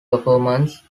performance